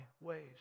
ways